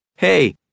Hey